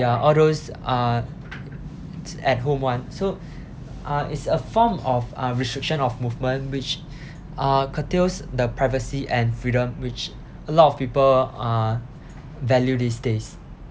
ya all those uh at home [one] so uh it's a form of uh restriction of movement which uh curtails the privacy and freedom which a lot of people uh value these days